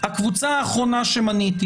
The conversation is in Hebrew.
הקבוצה האחרונה שמניתי,